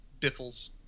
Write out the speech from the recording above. biffles